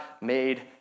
made